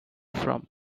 from